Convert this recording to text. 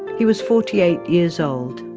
he was forty eight years old.